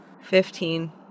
fifteen